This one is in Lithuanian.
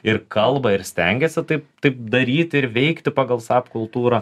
ir kalba ir stengiasi taip taip daryti ir veikti pagal sap kultūrą